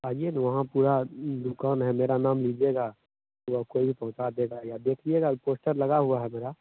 आइए ना वहाँ पूरा दुकान है मेरा नाम लीजिएगा वहाँ कोई भी पहुँचा देगा या देखिएगा पोस्टर लगा हुआ है मेरा